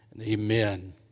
amen